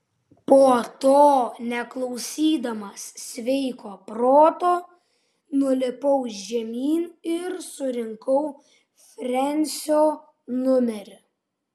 po to neklausydamas sveiko proto nulipau žemyn ir surinkau frensio numerį